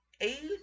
age